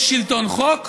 יש שלטון חוק,